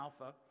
Alpha